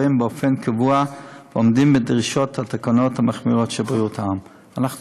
באופן קבוע ועומדת בדרישות תקנות בריאות העם המחמירות.